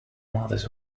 mothers